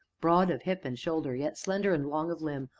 broad of hip and shoulder, yet slender, and long of limb,